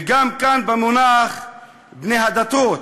וגם כאן במונח "בני הדתות",